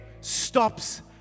stops